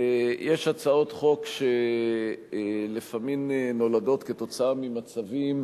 יש הצעות חוק שלפעמים נולדות בגלל מצבים,